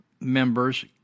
members